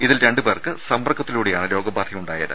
ഇതിൽ രണ്ടുപേർക്ക് സമ്പർക്കത്തിലൂടെയാണ് രോഗബാധയുണ്ടായത്